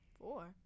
Four